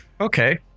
Okay